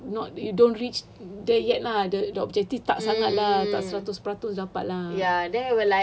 ah not not you don't reach there yet lah the objectives tak sangat lah tak seratus peratus dapat lah